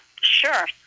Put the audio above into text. sure